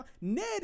Ned